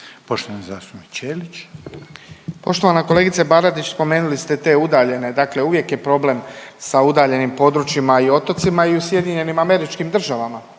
Ivan (HDZ)** Poštovana kolegice Baradić spomenuli ste te udaljene, dakle uvijek je problem sa udaljenim područjima i otocima i u SAD-u, nije to samo